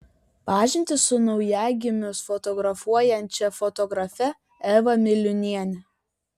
pažintis su naujagimius fotografuojančia fotografe eva miliūniene